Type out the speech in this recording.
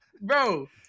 Bro